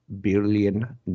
billion